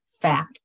fat